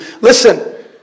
Listen